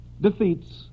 Defeats